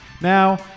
Now